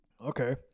Okay